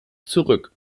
zurück